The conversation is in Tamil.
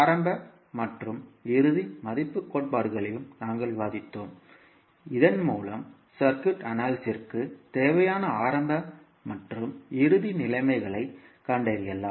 ஆரம்ப மற்றும் இறுதி மதிப்புக் கோட்பாடுகளையும் நாங்கள் விவாதித்தோம் இதன் மூலம் சர்க்யூட் அனாலிசிஸ்க்குத் தேவையான ஆரம்ப மற்றும் இறுதி நிலைமைகளைக் கண்டறியலாம்